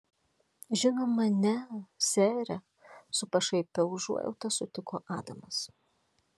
žinoma ne sere su pašaipia užuojauta sutiko adamas